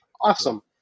Awesome